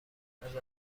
ازتون